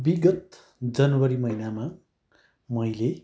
विगत जनवरी महिनामा मैले